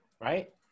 right